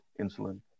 insulin